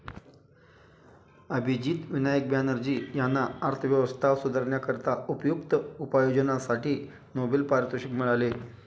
अभिजित विनायक बॅनर्जी यांना अर्थव्यवस्था सुधारण्याकरिता उपयुक्त उपाययोजनांसाठी नोबेल पारितोषिक मिळाले